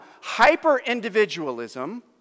hyper-individualism